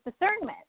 discernment